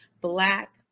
black